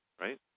right